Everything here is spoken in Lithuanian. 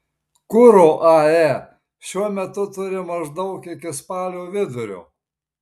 kuro ae šiuo metu turi maždaug iki spalio vidurio